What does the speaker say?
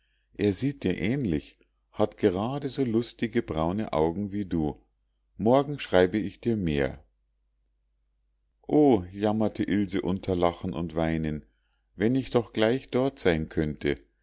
er sieht dir ähnlich hat gerade so lustige braune augen wie du morgen schreibe ich dir mehr o jammerte ilse unter lachen und weinen wenn ich doch gleich dort sein könnte